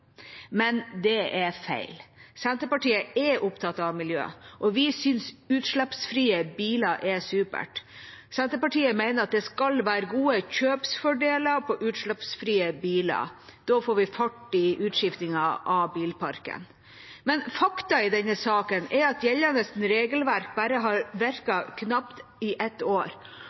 men det er feil. Senterpartiet er opptatt av miljø, og vi synes utslippsfrie biler er supert. Senterpartiet mener at det skal være gode kjøpsfordeler på utslippsfrie biler. Da får vi fart i utskiftingen av bilparken. Men et faktum i denne saken er at gjeldende regelverk bare har virket i knapt et år.